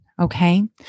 okay